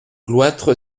cloître